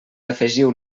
afegiu